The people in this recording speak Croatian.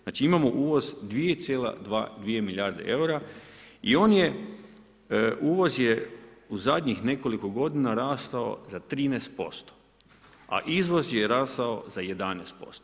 Znači imamo uvoz 2,2 milijarde eura i on je uvoz je u zadnjih nekoliko godina rastao za 13% a izvoz je rastao za 11%